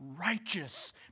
righteous